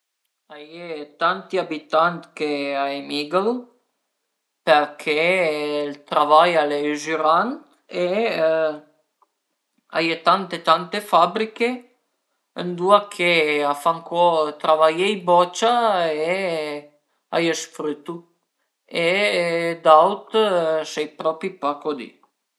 Tre ure dë temp liber i paserìu ën l'ort e parei vun gavé ën po d'erba e vun a gavé via le piante che a servu pa pi e cuindi a sun gia pasà e pöi dopu preparu l'ort gia për sta primavera e vardu le piante ch'a servu për l'invern